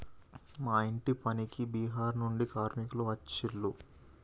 మా ఇంటి పనికి బీహార్ నుండి కార్మికులు వచ్చిన్లు